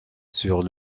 sur